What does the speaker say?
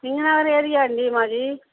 Singh Nagar area అండీ మాది